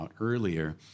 earlier